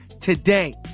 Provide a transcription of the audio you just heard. today